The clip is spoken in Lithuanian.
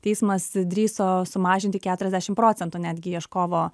teismas drįso sumažinti keturiasdešimt procentų netgi ieškovo